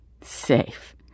Safe